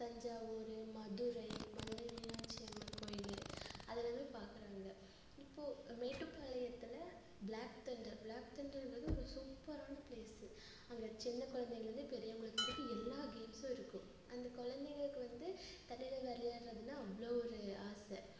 தஞ்சாவூர் மதுரை மதுரை மீனாட்சி அம்மன் கோயில் அது எல்லாமே பார்க்குறாங்க இப்போது மேட்டுபாளையத்தில் பிளாக் தெண்டர் பிளாக்தெண்டருங்குறது ஒரு சூப்பரான பிளேஸ் அங்கே சின்ன குழந்தைங்கள இருந்து பெரியவங்களுக்கு வரைக்கும் எல்லா கேம்ஸும் இருக்கும் அந்த குழந்தைங்களுக்கு வந்து தண்ணியில விளையாடறதுன்னா அவ்வளோ ஒரு ஆசை